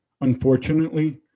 Unfortunately